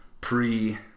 pre